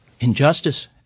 injustice